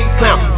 clown